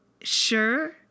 Sure